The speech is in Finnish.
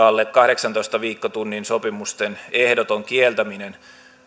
alle kahdeksantoista viikkotunnin sopimusten ehdoton kieltäminen